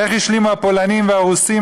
איך השלימו הפולנים והרוסים,